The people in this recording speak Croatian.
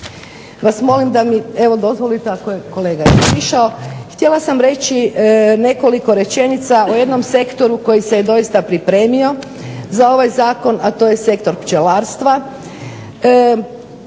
vas molim da mi evo dozvolite ako je, kolega je otišao. Htjela sam reći nekoliko rečenica o jednom sektoru koji se doista pripremio za ovaj Zakon a to je sektor pčelarstva.